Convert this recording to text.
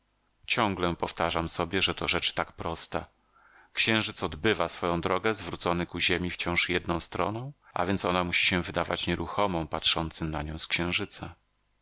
ciągle powtarzam sobie że to rzecz tak prosta księżyc odbywa swoją drogę zwrócony ku ziemi wciąż jedną stroną a więc ona musi się wydawać nieruchomą patrzącym na nią z księżyca